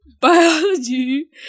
Biology